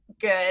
good